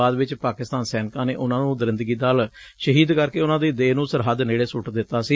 ਬਾਅਦ ਵਿਚ ਪਾਕਿਸਤਾਨ ਸੈਨਿਕਾਂ ਨੇ ਉਨਾਂ ਨੂੰ ਦਰਿੰਦਰਗੀ ਨਾਲ ਸ਼ਹੀਦ ਕਰਕੇ ਉਨਾਂ ਦੀ ਦੇਹ ਨੂੰ ਸਰਹੱਦ ਨੇੜੇ ਸੁੱਟ ਦਿੱਤਾ ਸੀ